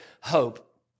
hope